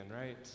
right